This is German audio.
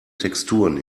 texturen